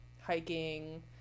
hiking